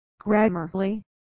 Grammarly